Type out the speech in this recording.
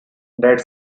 dead